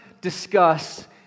discuss